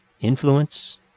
Influence